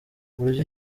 uburyo